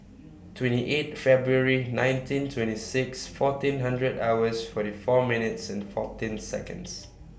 twenty eight February nineteen twenty six fourteen hundred hours forty four minutes and fourteen Seconds